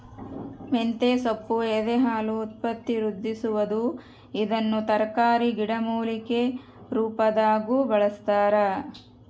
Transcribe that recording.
ಮಂತೆಸೊಪ್ಪು ಎದೆಹಾಲು ಉತ್ಪತ್ತಿವೃದ್ಧಿಸುವದು ಇದನ್ನು ತರಕಾರಿ ಗಿಡಮೂಲಿಕೆ ರುಪಾದಾಗೂ ಬಳಸ್ತಾರ